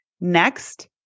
Next